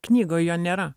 knygoj jo nėra